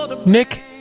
Nick